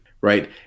right